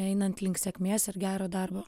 einant link sėkmės ir gero darbo